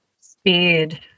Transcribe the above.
speed